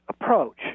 approach